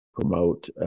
promote